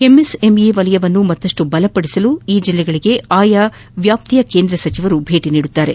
MSME ವಲಯವನ್ನು ಮತ್ತಷ್ನು ಬಲಪದಿಸಲು ಈ ಜಿಲ್ಲೆಗಳಿಗೆ ಆಯಾ ವೃತ್ತಿಯ ಕೇಂದ್ರ ಸೆಚಿವರು ಭೇಟಿ ನೀಡಲಿದ್ದಾರೆ